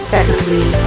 Secondly